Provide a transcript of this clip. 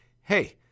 hey